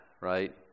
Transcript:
Right